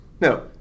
No